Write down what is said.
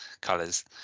colors